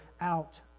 out